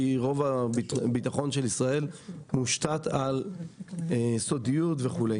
כי רוב הביטחון של ישראל מושתת על סודיות וכו'.